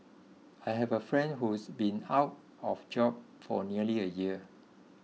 I have a friend who's been out of job for nearly a year